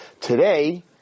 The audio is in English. today